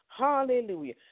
Hallelujah